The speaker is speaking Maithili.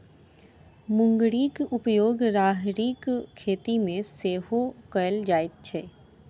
मुंगरीक उपयोग राहरिक खेती मे सेहो कयल जाइत अछि